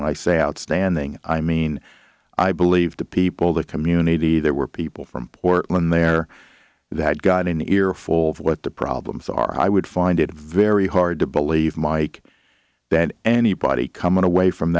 when i say outstanding i mean i believe the people that community there were people from portland there that got an earful of what the problems are i would find it very hard to believe mike that anybody coming away from